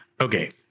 okay